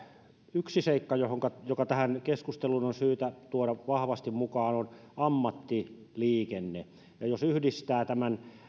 yksi seikka joka tähän keskusteluun on syytä tuoda vahvasti mukaan on ammattiliikenne jos yhdistää